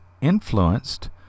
influenced